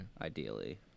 ideally